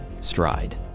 stride